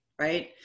Right